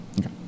Okay